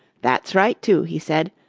that's right, too, he said.